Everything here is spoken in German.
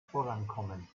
vorankommen